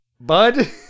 bud